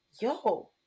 yo